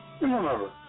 remember